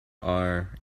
are